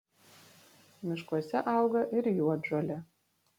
miškuose auga ir juodžolė